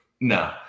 No